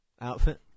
outfit